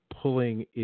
pulling